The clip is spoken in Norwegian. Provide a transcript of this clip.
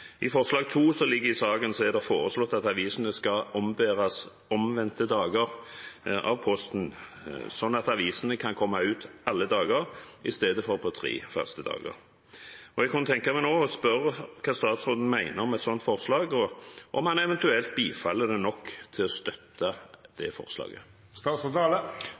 I forslag nr. 1 i saken er det foreslått at avisene skal ombæres de dagene Posten ikke gjør det, slik at avisene kan komme ut alle dager i stedet for tre dager. Jeg kunne tenke meg å spørre hva statsråden mener om et slikt forslag, og om han eventuelt bifaller det nok til å støtte det forslaget.